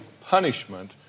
punishment